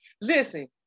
Listen